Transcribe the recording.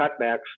cutbacks